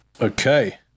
okay